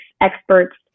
experts